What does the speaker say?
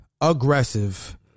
Aggressive